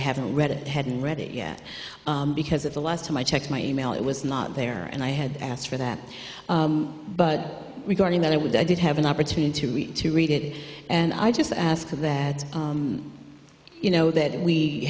i haven't read it hadn't read it yet because of the last time i checked my e mail it was not there and i had asked for that but regarding that i would i did have an opportunity to read to read it and i just ask that you know that we